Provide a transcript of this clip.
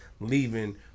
leaving